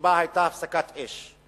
שבה היתה הפסקת אש,